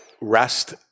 rest